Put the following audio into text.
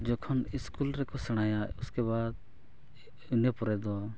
ᱡᱚᱠᱷᱚᱱ ᱤᱥᱠᱩᱞ ᱨᱮᱠᱚ ᱥᱮᱬᱟᱭᱟ ᱮᱥᱠᱮ ᱵᱟᱫᱽ ᱤᱱᱟᱹᱯᱚᱨᱮ ᱫᱚ